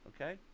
okay